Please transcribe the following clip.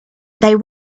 they